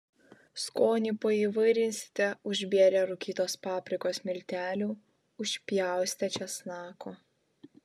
skonį paįvairinsite užbėrę rūkytos paprikos miltelių užpjaustę česnako